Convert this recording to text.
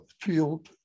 field